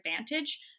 advantage